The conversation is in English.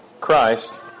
Christ